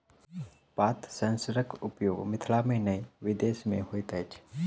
पात सेंसरक उपयोग मिथिला मे नै विदेश मे होइत अछि